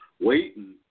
waiting